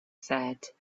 said